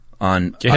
on